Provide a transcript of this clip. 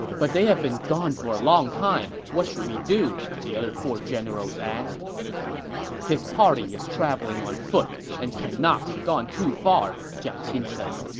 but they have been gone a long time. what should we do? the other four generals asked his party is traveling on foot and cannot have gone too far, jiang qin said.